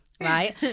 right